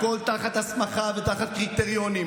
הכול תחת הסמכה ותחת קריטריונים,